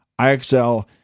iXL